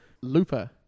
Looper